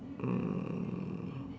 um